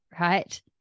right